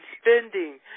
spending